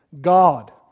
God